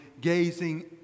gazing